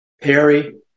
Perry